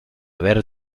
ver